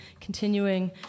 continuing